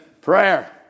Prayer